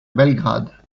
belgrade